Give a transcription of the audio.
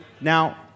Now